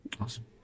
Awesome